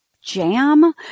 jam